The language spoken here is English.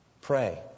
Pray